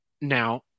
Now